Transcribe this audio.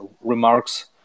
remarks